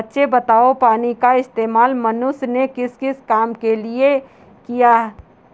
बच्चे बताओ पानी का इस्तेमाल मनुष्य ने किस किस काम के लिए किया?